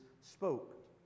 spoke